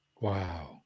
Wow